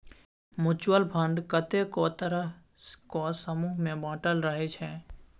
mutual fund कतेको तरहक समूह मे बाँटल रहइ छै